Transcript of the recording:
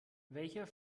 welcher